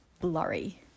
blurry